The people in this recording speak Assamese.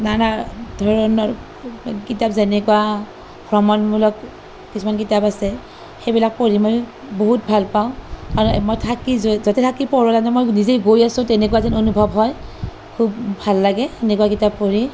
নানা ধৰণৰ কিতাপ যেনেকুৱা ভ্ৰমণমূলক কিছুমান কিতাপ আছে সেইবিলাক পঢ়ি মই বহুত ভালপাওঁ কাৰণ মই থাকি য'তে থাকি পঢ়ো তাতে মই নিজেই গৈ আছো তেনেকুৱা যেন অনুভৱ হয় খুব ভাল লাগে এনেকুৱা কিতাপ পঢ়ি